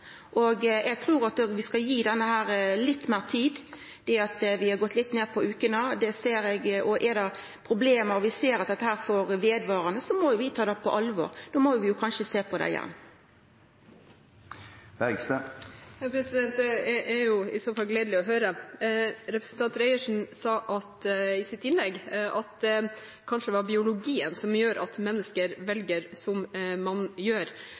respektera. Eg trur at vi skal gi dette litt meir tid. Det at vi har gått litt ned på vekene, det ser eg, og er det eit problem, og vi ser at dette blir vedvarande, må vi ta det på alvor. Då må vi kanskje sjå på det igjen. Det er i så fall gledelig å høre. Representanten Reiertsen sa i sitt innlegg at det kanskje var biologien som gjør at mennesker velger som